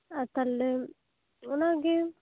ᱟᱨ ᱛᱟᱦᱞᱮ ᱚᱱᱟᱜᱮ